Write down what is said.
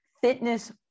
fitness